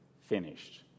finished